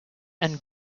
and